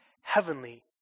heavenly